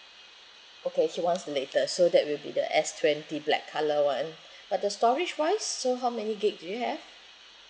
okay he wants the latest so that will be the S twenty black colour one but the storage-wise so how many gig do you have